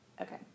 Okay